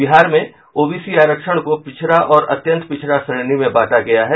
बिहार में ओबीसी आरक्षण को पिछड़ा और अत्यंत पिछड़ा श्रेणी में बांटा गया है